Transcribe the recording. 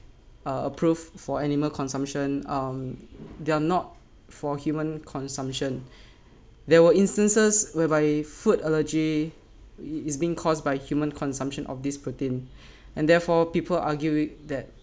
uh approved for animal consumption um they're not for human consumption there were instances whereby food allergy is being caused by human consumption of this protein and therefore people arguing that